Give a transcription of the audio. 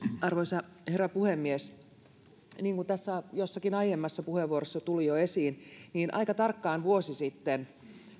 arvoisa herra puhemies niin kuin tässä jossakin aiemmassa puheenvuorossa tuli jo esiin niin aika tarkkaan vuosi sitten